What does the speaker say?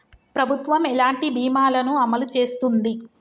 ప్రభుత్వం ఎలాంటి బీమా ల ను అమలు చేస్తుంది?